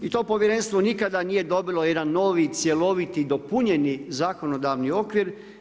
I to povjerenstvo nikada nije dobilo jedan novi cjeloviti dopunjeni zakonodavni okvir.